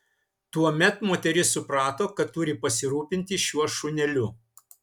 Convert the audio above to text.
tuomet moteris suprato kad turi pasirūpinti šiuo šuneliu